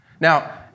now